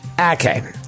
Okay